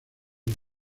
los